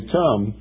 come